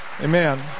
Amen